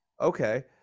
Okay